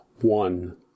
one